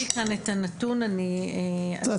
אין לי כאן את הנתון.